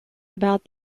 about